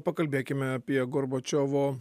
pakalbėkime apie gorbačiovo